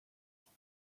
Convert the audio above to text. ans